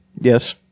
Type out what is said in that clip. Yes